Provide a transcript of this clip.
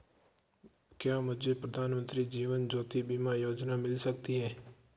क्या मुझे प्रधानमंत्री जीवन ज्योति बीमा योजना मिल सकती है?